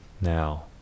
Now